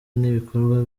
n’ibikorwa